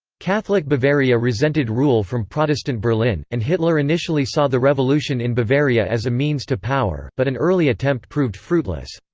catholic bavaria resented rule from protestant berlin, and hitler initially saw the revolution in bavaria as a means to power, but an early attempt proved fruitless.